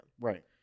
Right